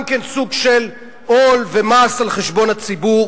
גם כן סוג של עול ומס על חשבון הציבור.